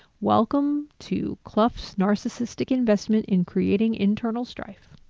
welcome to kluft's narcissistic investment in creating internal strife.